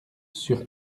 sur